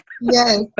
Yes